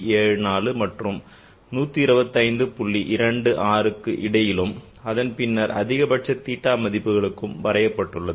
26 க்கு இடையிலும் அதன் பின்னர் அதிகபட்ச theta மதிப்புகளுக்கு வரையப்பட்டுள்ளது